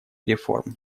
реформ